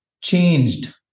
changed